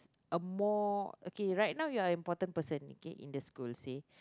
a more okay right now you are important person okay in the school say